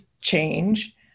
change